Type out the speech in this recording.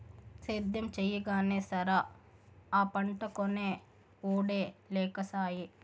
సేద్యం చెయ్యగానే సరా, ఆ పంటకొనే ఒడే లేకసాయే